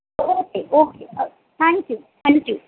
okay okay thank you thank you